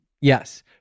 Yes